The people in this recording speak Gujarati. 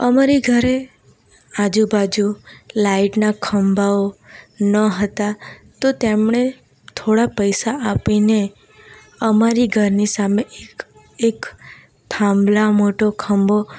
અમારી ઘરે આજુબાજુ લાઇટના ખંભાઓ ન હતા તો તેમણે થોડા પૈસા આપીને અમારી ઘરની સામે એક એક થાંભલા મોટો ખંભો